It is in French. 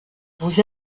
vous